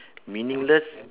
meaningless